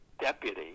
deputy